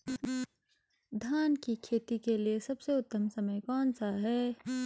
धान की खेती के लिए सबसे उत्तम समय कौनसा है?